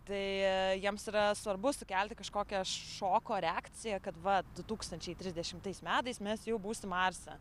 tai jiems yra svarbu sukelti kažkokią šoko reakciją kad va du tūkstančiai trisdešimtais metais mes jau būsim marse